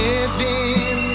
Living